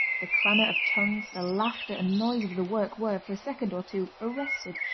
the clamour of tongues, the laughter and noise of the work were, for a second or two, arrested,